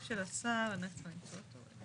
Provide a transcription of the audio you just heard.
הסעיף של השר, אני תכף אמצא אותו.